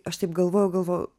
aš taip galvojau galvojau